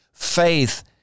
Faith